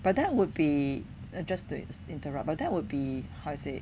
but that would be err just to interrupt but that would be how to say